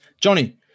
Johnny